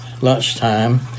lunchtime